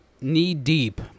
knee-deep